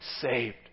saved